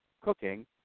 cooking